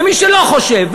ומי שלא חושב,